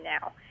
now